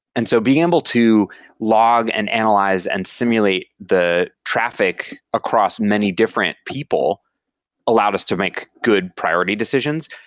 and so being able to log and analyze and simulate the traffic across many different people allowed us to make good priority decisions.